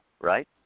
right